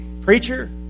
preacher